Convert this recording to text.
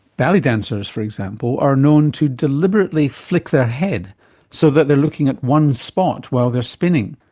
ballet dancers for example are known to deliberately flick their head so that they're looking at one spot while they're spinning.